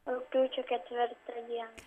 rugpjūčio ketvirtą dieną